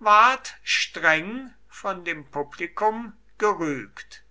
ward streng von dem publikum gerügt